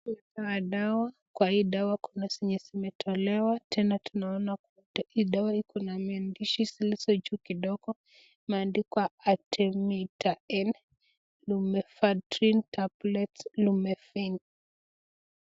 Kuna dawa kwa hii dawa Kuna zenye zimetolewa tena Kuna hii dawa Kuna maandishi zilizojuu kidogo maandiko mita N lumefadrine tablet lume.